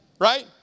Right